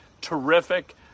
terrific